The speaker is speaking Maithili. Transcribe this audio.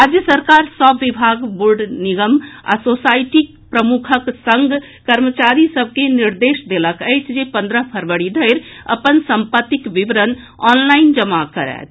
राज्य सरकार सभ विभाग बोर्ड निगम आ सोसाईटी प्रमुखक संग कर्मचारी सभ कॅ निर्देश देलक अछि जे पंद्रह फरबरी धरि अपन संपत्तिक विवरण ऑनलाईन जमा करथि